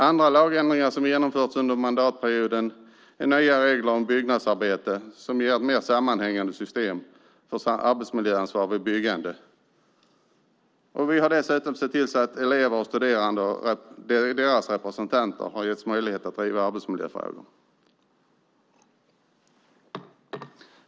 Andra lagändringar som genomförts under mandatperioden är nya regler för byggnadsarbete som ger mer sammanhängande system för arbetsmiljöansvar vid byggande. Vi har dessutom sett till att elever och studerande och deras representanter har möjlighet att driva arbetsmiljöfrågor.